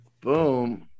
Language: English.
Boom